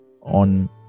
on